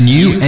New